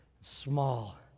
small